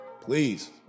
please